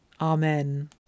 Amen